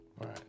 Right